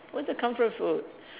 what's your comfort food